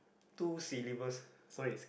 two syllabus